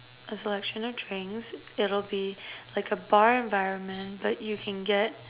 a selection of drinks it'll be like a bar environment but you can get